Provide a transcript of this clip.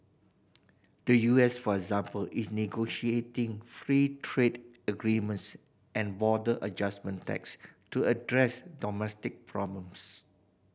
the U S for example is free trade agreements and the border adjustment tax to address domestic problems